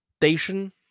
station